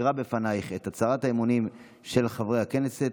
אקרא בפנייך את הצהרת האמונים של חברי הכנסת,